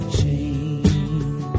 change